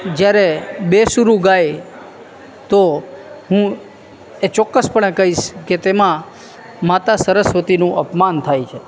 જ્યારે બેસૂરું ગાય તો હું એ ચોક્કસપણે કહીશ કે તેમાં માતા સરસ્વતીનું અપમાન થાય છે